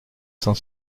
cent